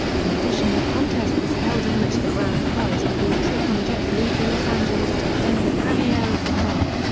in addition a contest was held in which the grand prize would be a trip on jetblue to los angeles to attend the premiere of the film.